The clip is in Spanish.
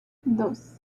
dos